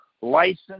license